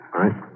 right